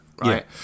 right